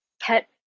pet